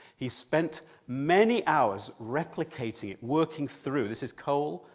he spent many hours replicating it, working through. this is cole,